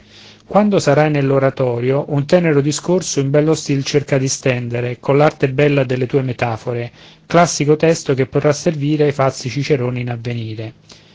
quando sarai nell'oratorio un tenero discorso in bello stil cerca di stendere coll'arte bella delle tue metafore classico testo che potrà servire ai falsi ciceroni in avvenire